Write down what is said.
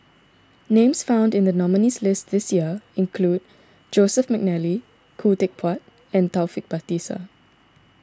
names found in the nominees' list this year include Joseph McNally Khoo Teck Puat and Taufik Batisah